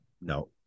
No